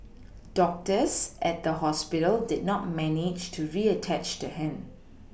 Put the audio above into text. doctors at the hospital did not manage to reattach the hand